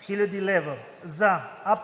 хил. лв. за: а)